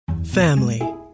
family